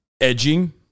edging